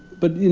but, you know,